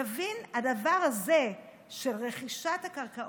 תבין, הדבר הזה של רכישת הקרקעות,